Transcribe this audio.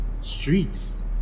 Streets